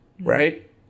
right